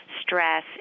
stress